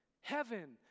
Heaven